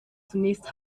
zunächst